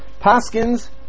Paskins